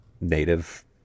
native